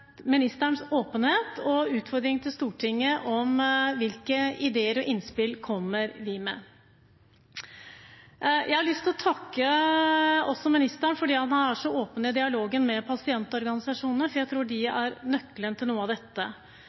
ministerens åpenhet og utfordringen til Stortinget: Hvilke ideer og innspill kommer vi med? Jeg har også lyst til å takke ministeren fordi han er så åpen i dialogen med pasientorganisasjonene, for jeg tror de er nøkkelen til noe av dette.